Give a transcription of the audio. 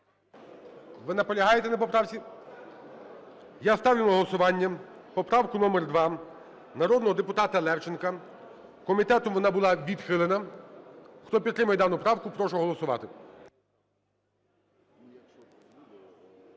Ви наполягаєте на поправці? Я ставлю на голосування поправку номер 2 народного депутата Левченка. Комітетом вона була відхилена. Хто підтримує дану правку, прошу голосувати.